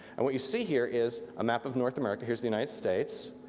and what you see here is a map of north america, here's the united states,